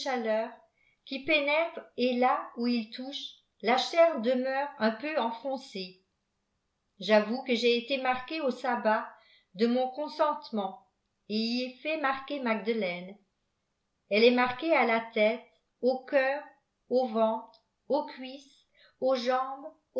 qui pénètre et là où il touche la chair demeure un peu enfoncée j'avoue que j'ai été marqué au sabbat de mon consentement et y ai fait marquer magdelaine elle est marquée à la tête au cœur au ventre aux cuisses aux jambes